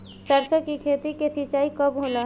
सरसों की खेती के सिंचाई कब होला?